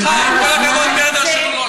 סליחה, עם כל הכבוד לגברת היושבת-ראש, זמן.